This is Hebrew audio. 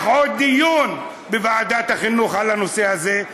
עוד דיון בוועדת החינוך על הנושא הזה.